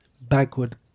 backward